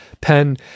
pen